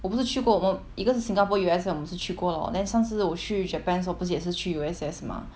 我不是去过我们一个是 singapore U_S_S 我们是去过 then 上次我去 japan 的时候不是也是去 U_S_S mah